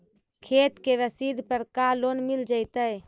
खेत के रसिद पर का लोन मिल जइतै?